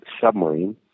submarine